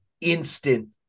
instant